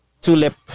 tulip